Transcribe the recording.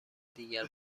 دیگر